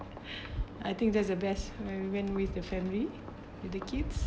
I think that's the best when we went with the family with the kids